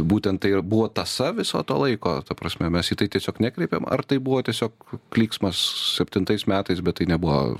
būtent tai ir buvo tąsa viso to laiko ta prasme mes į tai tiesiog nekreipėm ar tai buvo tiesiog klyksmas septintais metais bet tai nebuvo